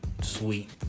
sweet